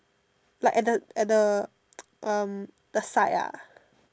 like at the at the um the side ah